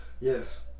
yes